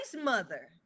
mother